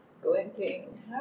Glinting